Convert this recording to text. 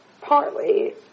partly